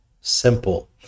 simple